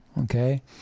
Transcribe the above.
Okay